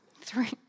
three